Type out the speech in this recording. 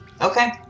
Okay